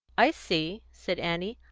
i see, said annie.